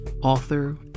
author